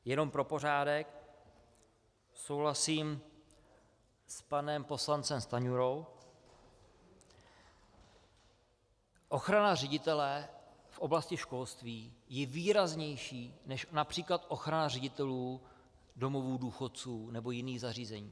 Jenom pro pořádek, souhlasím s panem poslancem Stanjurou, ochrana ředitele v oblasti školství je výraznější než například ochrana ředitelů domovů důchodců nebo jiných zařízení.